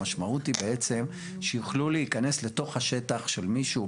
המשמעות היא בעצם שיוכלו להיכנס לתוך השטח של מישהו,